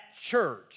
church